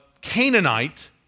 Canaanite